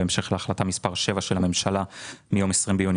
בהמשך להחלטה מס' 7 של הממשלה מיום 20 ביוני